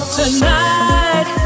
tonight